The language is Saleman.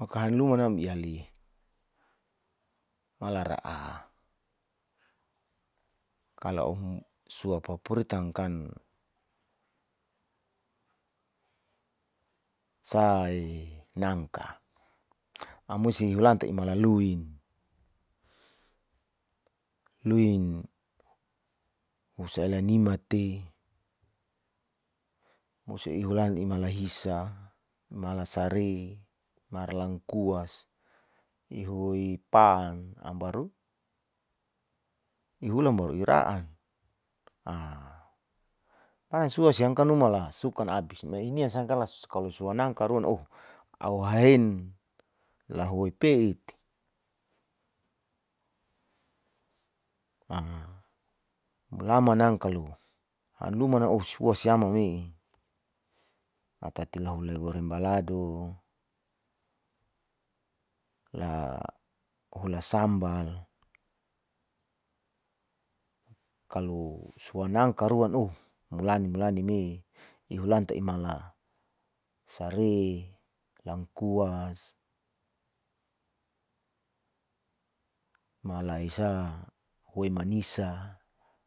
Maka hamluman nam iyali malara'a, kalo sua paporitan kan sai nangka, amusi hulan imala luin, luin usala nima te musu, ihulan imala hisa, mala sare, mara langkuas, ihuwoi pang am baru ihulan baru ira'an, bara suan siang kala numa sukan abis me ina sankala sua nangka ruan oh a'u haen lahuwe peit mulama nang kalo hanlumana oh wosiama me'e atati lahuleng goreng balado, la hola sambal, kalo sua nangka ruan oh mulani-mulani me'e ihuhlan te imala sare, langkuas, mala aisa howoi manisa,